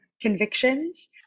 convictions